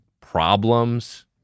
Problems